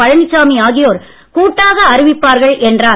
பழனிசாமி ஆகியோர் கூட்டாக அறிவிப்பார்கள் என்றார்